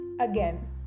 Again